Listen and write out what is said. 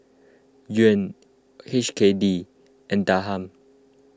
Yuan H K D and Dirham